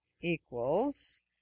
equals